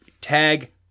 tag